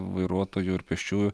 vairuotojų ir pėsčiųjų